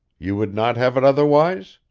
you would not have it otherwise?